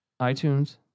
iTunes